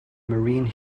marine